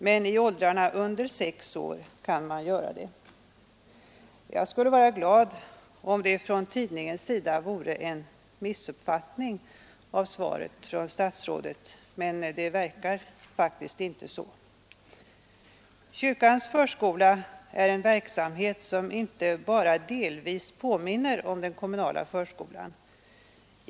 Men i åldrarna under sex år kan man göra det.” Jag skulle vara glad om det från tidningens sida vore en missuppfattning av statsrådets svar, men det verkar faktiskt inte vara så. Kyrkans förskola är en verksamhet som inte bara delvis påminner om den kommunala förskolan.